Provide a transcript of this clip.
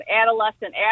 Adolescent